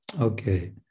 Okay